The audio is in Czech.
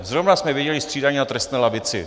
Zrovna jsme viděli střídání na trestné lavici.